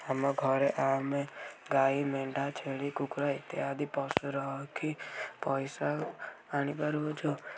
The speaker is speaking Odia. ଆମ ଘରେ ଆମେ ଗାଈ ମେଣ୍ଢା ଛେଳି କୁକୁଡ଼ା ଇତ୍ୟାଦି ପଶୁ ରଖି ପଇସା ଆଣିପାରୁଅଛୁ